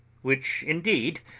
which, indeed,